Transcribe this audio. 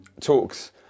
talks